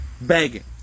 Begging